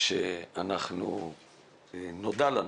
כשנודע לנו,